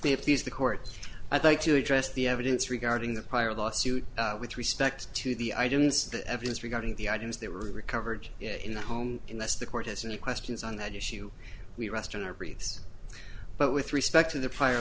these the court i'd like to address the evidence regarding the prior lawsuit with respect to the items the evidence regarding the items that were recovered in the home and that's the court has any questions on that issue we rest and everything but with respect to the